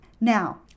Now